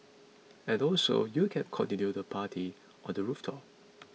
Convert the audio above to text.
and also you can continue the party on the rooftop